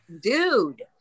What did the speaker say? dude